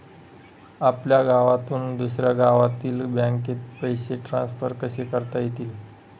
आपल्या गावातून दुसऱ्या गावातील बँकेत पैसे ट्रान्सफर कसे करता येतील?